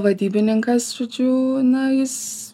vadybininkas žodžiu na jis